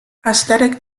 aesthetic